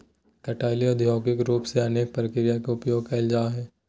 chitin औद्योगिक रूप से अनेक प्रक्रिया में उपयोग कइल जाय हइ